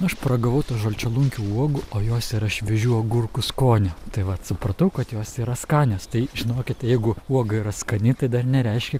aš paragavau to žalčialunkio uogų o jos yra šviežių agurkų skonio tai vat supratau kad jos yra skanios tai žinokit jeigu uoga yra skani tai dar nereiškia